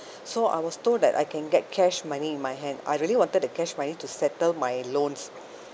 so I was told that I can get cash money in my hand I really wanted the cash money to settle my loans